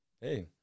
Hey